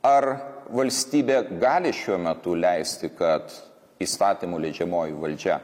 ar valstybė gali šiuo metu leisti kad įstatymų leidžiamoji valdžia